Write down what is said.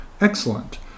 Excellent